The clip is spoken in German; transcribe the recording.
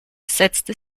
setzte